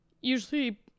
usually